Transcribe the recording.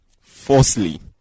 falsely